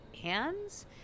hands